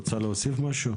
את רוצה להוסיף משהו?